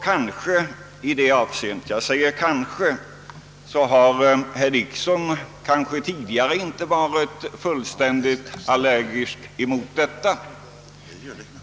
Kanske har herr Dickson tidigare inte varit fullständigt allergisk mot detta.